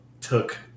took